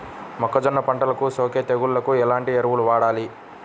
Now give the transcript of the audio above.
మొక్కజొన్న పంటలకు సోకే తెగుళ్లకు ఎలాంటి ఎరువులు వాడాలి?